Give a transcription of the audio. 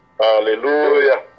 Hallelujah